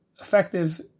effective